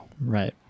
Right